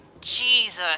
Jesus